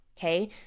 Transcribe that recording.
Okay